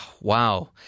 Wow